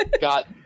got